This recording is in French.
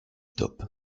top